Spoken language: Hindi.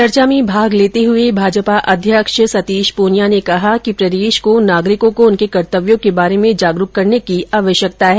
चर्चा में भाग लेते हए भाजपा अध्यक्ष सतीश पूनिया ने कहा कि प्रदेश को नागरिकों को उनके कर्तव्यों के बारे में जागरूक करने की आवश्यकता है